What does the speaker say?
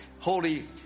Holy